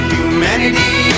humanity